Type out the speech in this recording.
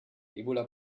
ebola